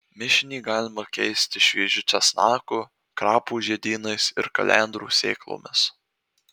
mišinį galima keisti šviežiu česnaku krapų žiedynais ir kalendrų sėklomis